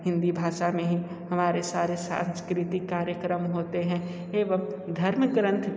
हिंदी भाषा मै ही हमारे सारे सांस्कृतिक कार्यक्रम होते हैं एवम धर्म ग्रंथ का